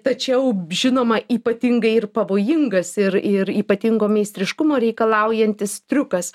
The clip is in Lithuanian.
tačiau žinoma ypatingai ir pavojingas ir ir ypatingo meistriškumo reikalaujantis triukas